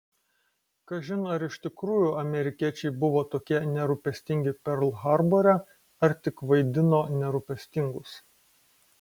kažin ar iš tikrųjų amerikiečiai buvo tokie nerūpestingi perl harbore ar tik vaidino nerūpestingus